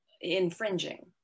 infringing